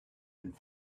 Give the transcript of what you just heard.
and